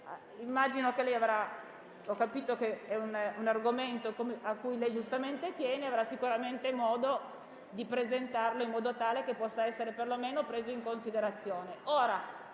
manca un presupposto. Ho capito che è un argomento cui lei giustamente tiene. Avrà sicuramente modo di presentarlo in maniera tale che possa essere perlomeno preso in considerazione.